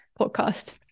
podcast